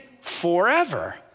forever